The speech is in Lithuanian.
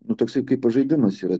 nu toksai kaip žaidimas yra